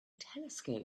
telescope